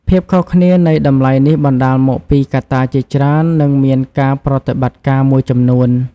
ភាពខុសគ្នានៃតម្លៃនេះបណ្តាលមកពីកត្តាជាច្រើន និងមានការប្រតិបត្តិការមួយចំនួន។